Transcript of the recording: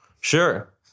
Sure